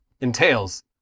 entails